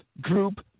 group